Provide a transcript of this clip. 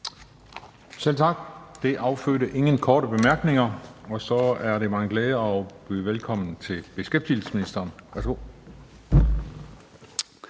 Selv tak. Det medførte ingen korte bemærkninger. Og så er det mig en glæde at kunne byde velkommen til beskæftigelsesministeren. Værsgo.